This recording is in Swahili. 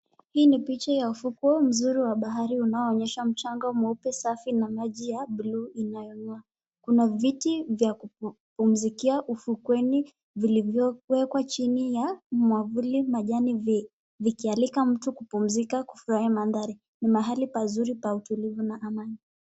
Hii ni picha ya ufuo mzuri away bahari unaoonyesha mchanga mweupe safi na maji ya blue yanayong'aa. Kuna viti vya kupumzikia ufukweni vilivyowekwa chini ya mwavuli vikialika mtu kupumzika kufurahia manthari. Ni mahali pazuri pa utulivu na amani.